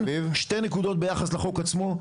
שתי נקודות ביחס לחוק עצמו.